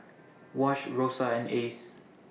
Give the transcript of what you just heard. Wash Rosa and Ace